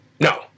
No